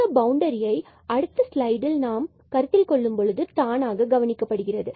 இந்த பவுண்டரியை அடுத்த ஸ்லைடில் நாம் கருத்தில் கொள்ளும் பொழுது தானாக கவனிக்கப்படுகிறது